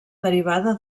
derivada